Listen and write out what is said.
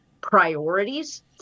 priorities